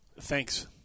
Thanks